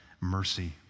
mercy